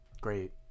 great